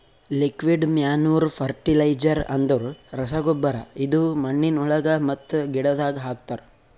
liquid manure fertilizer ಅಂದುರ್ ರಸಗೊಬ್ಬರ ಇದು ಮಣ್ಣಿನೊಳಗ ಮತ್ತ ಗಿಡದಾಗ್ ಹಾಕ್ತರ್